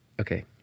okay